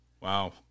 Wow